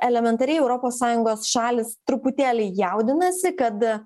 elementariai europos sąjungos šalys truputėlį jaudinasi kad